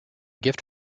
gift